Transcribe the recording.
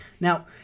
Now